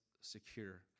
secure